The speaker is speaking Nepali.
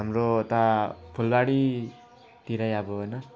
हाम्रो यता फुलबारीतिर अब होइन